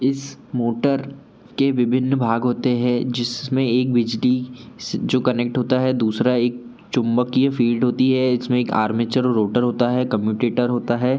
इस मोटर के विभिन्न भाग होते हैं जिसमें एक बिजली जो कनेक्ट होता है दूसरा एक चुंबकीय फील्ड होती है जिसमें एक आर्मेचर और रोटर होता है कम्यूटेटर होता है